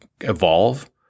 evolve